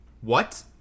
What